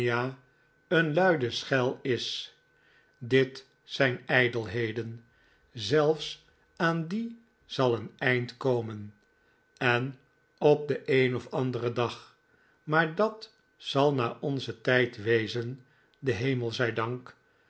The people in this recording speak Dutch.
een luidende schel is dit zijn ijdelheden zelfs aan die zal een eind komen en op den een of anderen dag maar dat zal na onzen tijd wezen den hemel zij dank